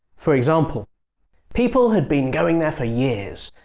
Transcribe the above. for example people had been going there for years,